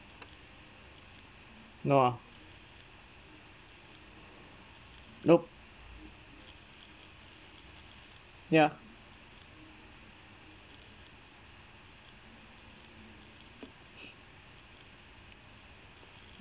no ah nope ya